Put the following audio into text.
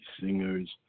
singers